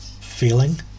feeling